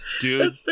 dude